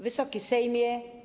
Wysoki Sejmie!